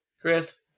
Chris